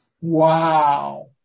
Wow